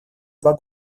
два